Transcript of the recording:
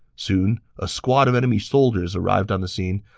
soon, a squad of enemy soldiers arrived on the scene,